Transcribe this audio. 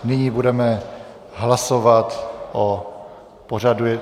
Nyní budeme hlasovat o pořadu.